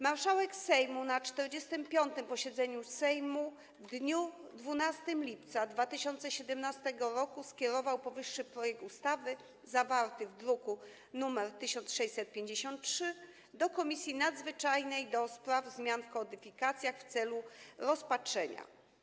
Marszałek Sejmu na 45. posiedzeniu Sejmu w dniu 12 lipca 2017 r. skierował powyższy projekt ustawy, zawarty w druku nr 1653, do Komisji Nadzwyczajnej do spraw zmian w kodyfikacjach w celu rozpatrzenia.